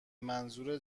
منظور